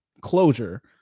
closure